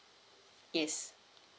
yes